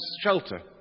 shelter